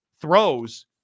throws